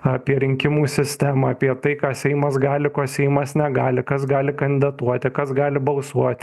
apie rinkimų sistemą apie tai ką seimas gali ko seimas negali kas gali kandidatuoti kas gali balsuot